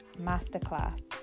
Masterclass